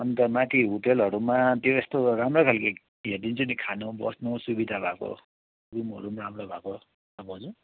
अन्त माथि होटेलहरूमा त्यस्तो राम्रो खाले उयो हेरिदिन्छु नि खानु बस्नु सुविधा भएको रुमहरू राम्रो भएको पाउँछ नि भाउजू